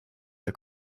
der